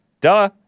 Duh